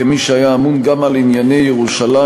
כמי שהיה אמון גם על ענייני ירושלים,